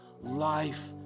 life